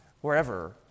wherever